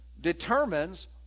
determines